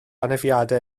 anafiadau